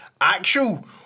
actual